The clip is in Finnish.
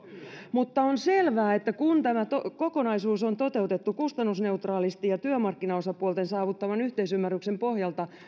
mutta on selvää että kun tämä kokonaisuus on toteutettu kustannusneutraalisti ja ja työmarkkinaosapuolten saavuttaman yhteisymmärryksen pohjalta